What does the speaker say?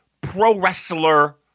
pro-wrestler